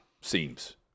seems